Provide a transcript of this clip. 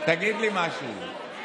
תגיד לי משהו,